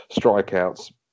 strikeouts